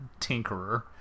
tinkerer